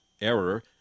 error